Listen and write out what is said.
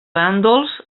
bàndols